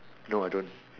no I don't